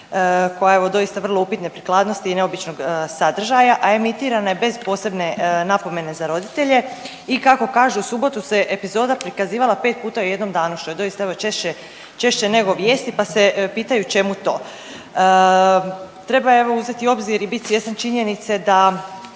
koja je evo doista vrlo upitne prikladnosti i neobičnog sadržaja, a emitirana je bez posebne napomene za roditelje. I kako kažu u subotu se epizoda prikazivala pet puta u jednom danu što je doista evo češće nego vijesti, pa se pitaju čemu to. Treba evo uzeti u obzir i bit svjestan činjenice da